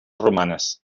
romanes